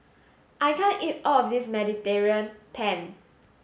I can't eat all of this Mediterranean Penne